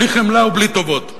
בלי חמלה ובלי טובות,